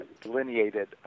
delineated